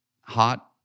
hot